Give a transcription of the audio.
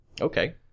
Okay